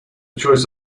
choice